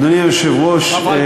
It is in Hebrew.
אדוני היושב-ראש,